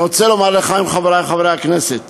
אני רוצה לומר לכם, חברי חברי הכנסת,